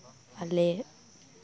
ᱟᱞᱮ